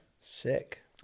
Sick